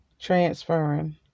transferring